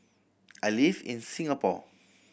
I live in Singapore